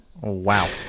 Wow